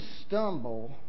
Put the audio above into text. stumble